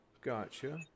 Gotcha